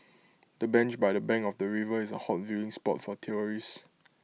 the bench by the bank of the river is A hot viewing spot for tourists